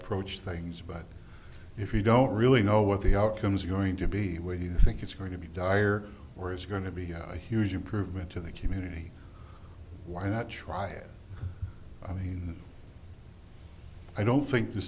approach things but if you don't really know what the outcomes are going to be where you think it's going to be dire or is going to be a huge improvement to the community why not try it i mean i don't think the